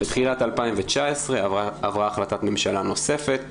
בתחילת 2019 עברה החלטת ממשלה נוספת,